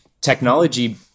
technology